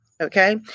Okay